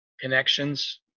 connections